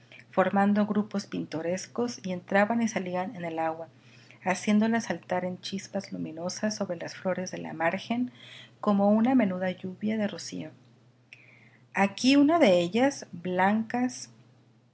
formando grupos pintorescos y entraban y salían en el agua haciéndola saltar en chispas luminosas sobre las flores de la margen como una menuda lluvia de rocío aquí una de ellas blancas